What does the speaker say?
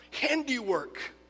handiwork